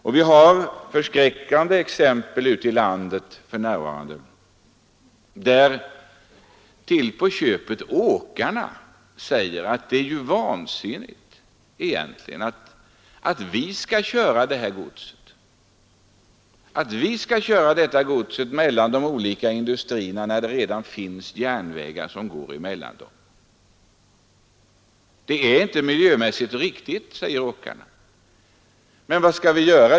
Vi har för närvarande förskräckande exempel ute i landet, sådana att till på köpet åkarna säger: ”Det är fel att vi skall köra det här godset mellan de olika industrierna, när det redan finns järnvägar mellan dem. Det är inte miljömässigt riktigt — men vad skall vi göra?